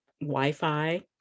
wi-fi